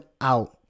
out